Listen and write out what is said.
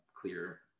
clear